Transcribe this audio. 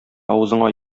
авызыңа